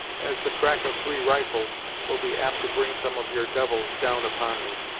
as the crack of three rifles will be apt to bring some of your devils down upon me.